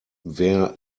wer